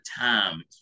time